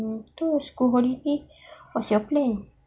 mm then your school holiday what's your plan